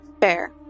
Fair